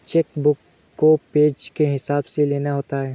check book को page के हिसाब से लेना होता है